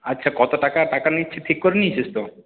আচ্ছা কত টাকা টাকা নিচ্ছি ঠিক করে নিয়েছিস তো